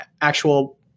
actual